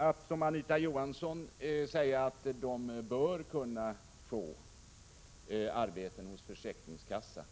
Att som Anita Johansson säga att de bör kunna få arbete hos försäkringskassan